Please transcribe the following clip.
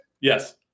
yes